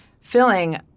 filling